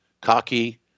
cocky